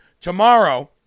tomorrow